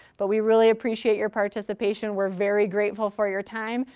but we really appreciate your participation. we're very grateful for your time,